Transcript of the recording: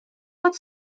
fod